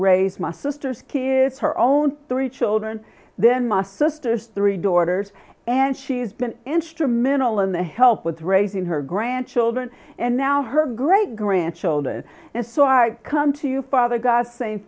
raise my sister's kids her own three children then my sister's three daughters and she's been instrumental in the help with raising her grandchildren and now her great grandchildren and so i come to you father guys say